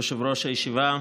אדוני יושב-ראש הישיבה,